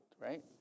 right